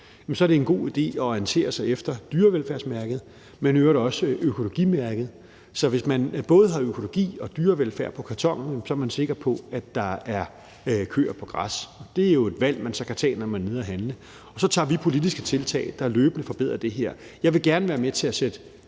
så er det en god idé at orientere sig efter dyrevelfærdsmærket, men i øvrigt også økologimærket. Så hvis der både er et dyrevelfærdsmærke og et økologimærke på kartonen, er man sikker på, at køerne har været på græs. Det er jo så et valg, man kan tage, når man er nede at handle. Og så tager vi politiske tiltag, der løbende forbedrer det her. Jeg vil gerne være med til at sætte